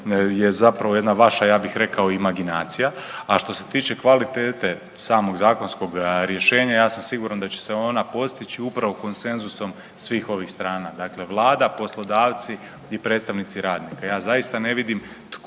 je zapravo jedna vaša ja bih rekao imaginacija. A što se tiče kvalitete samog zakonskog rješenja ja sam siguran da će se ona postići upravo konsenzusom svih ovih strana. Dakle, vlada, poslodavci i predstavnici radnika. Ja zaista ne vidim